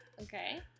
Okay